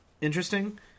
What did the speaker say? interesting